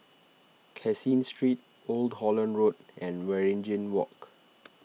Caseen Street Old Holland Road and Waringin Walk